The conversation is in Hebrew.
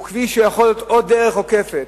כביש שיכול להיות עוד דרך עוקפת.